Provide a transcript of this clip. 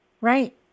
Right